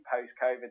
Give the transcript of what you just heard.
post-COVID